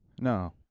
No